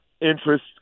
interest